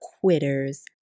quitters